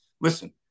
listen